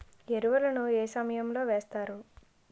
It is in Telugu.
ఎరువుల ను ఏ సమయం లో వేస్తారు?